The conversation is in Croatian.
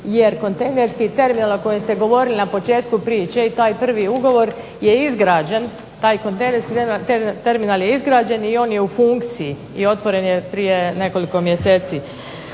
Jer kontejnerski terminal koji ste govorili na početku priče i taj prvi ugovor je izgrađen, taj kontejnerski terminal je izgrađen i on je u funkciji i otvoren je prije nekoliko mjeseci.